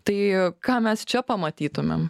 tai ką mes čia pamatytumėm